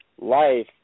life